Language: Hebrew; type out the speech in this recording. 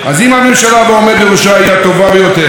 והאופוזיציה היא הטובה ביותר,